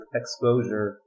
exposure